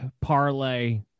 parlay